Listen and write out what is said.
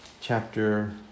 chapter